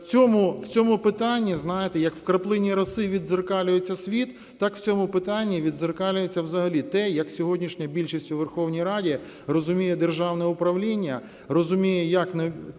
в цьому питанні, знаєте, як в краплині роси віддзеркалюється світ, так в цьому питанні віддзеркалюється взагалі те, як сьогоднішня більшість у Верховній Раді розуміє державне управління, розуміє, як